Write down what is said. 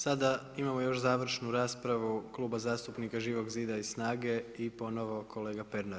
Sada imamo još završnu raspravu Kluba zastupnika Živog zida i SNAGA-e i ponovno kolega Pernar.